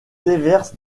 déverse